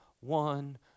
one